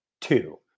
two